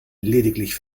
lediglich